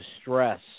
stress